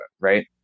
right